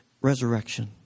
Resurrection